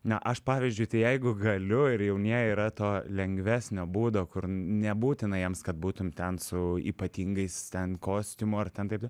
na aš pavyzdžiui tai jeigu galiu ir jaunieji yra to lengvesnio būdo kur nebūtina jiems kad būtum ten su ypatingais ten kostiumu ar ten taip taip